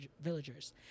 villagers